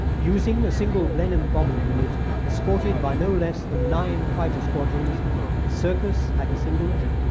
using a single blenham bomber unit escorted by no less than nine fighter squadrons the circus had a single aim.